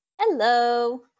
Hello